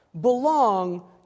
belong